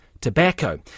tobacco